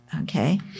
okay